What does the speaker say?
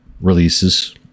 releases